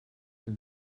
she